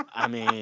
i mean,